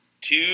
two